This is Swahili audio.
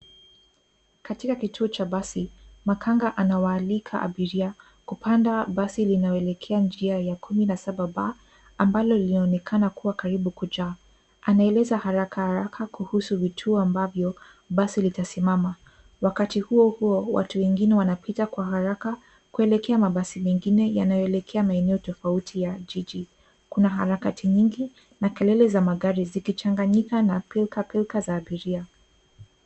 Katika kituo cha basi makanga anawaalika abiria kupanda basi linaloelekea njia ya kumi na saba B ambalo linaonekana kuwa karibu kujaa. Anaeleza haraka haraka kuhusu vituo ambavyo basi litasimama. Wakati huo huo watu wengine wanapita kwa haraka kuelekea mabasi mengine yanayoekelea maeneo tofauti ya jiji. Kuna harakati nyingi na kelele za magari zikichanganyika na pilkapilka za abiria.